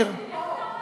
איפה אתה רואה את זה?